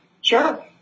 Sure